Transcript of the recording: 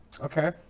Okay